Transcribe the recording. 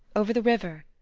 over the river?